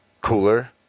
cooler